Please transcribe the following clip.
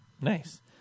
Nice